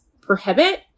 prohibit